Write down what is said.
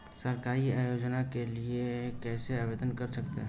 सरकारी योजनाओं के लिए कैसे आवेदन कर सकते हैं?